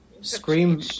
Scream